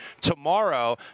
tomorrow